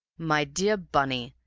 my dear bunny,